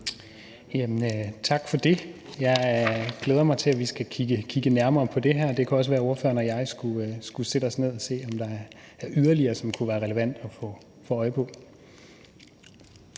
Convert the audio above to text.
Tak for det. Jeg glæder mig til, at vi skal kigge nærmere på det her. Det kunne også være, at ordføreren og jeg skulle sætte os ned og se på, om der er yderligere, som kunne være relevant at få øje på.